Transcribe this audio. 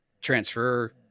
transfer